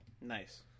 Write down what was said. Nice